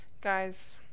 guys